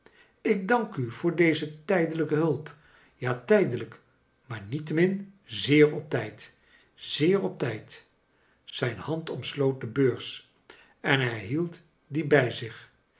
ik dank a voor deze tijdelijke hulp ja tijdelijk maar aiettemin zeer op tijd zeer op tijd zijn hand omsloot de bears ea hij hield die bij zich